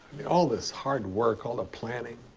all this hard work, all the planning,